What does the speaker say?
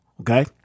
Okay